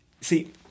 See